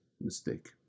mistake